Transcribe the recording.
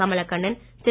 Kamalakannan Thiru